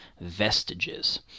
vestiges